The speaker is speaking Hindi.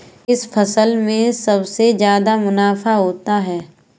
किस फसल में सबसे जादा मुनाफा होता है?